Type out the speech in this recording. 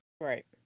Right